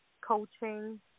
coaching